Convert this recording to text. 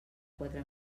quatre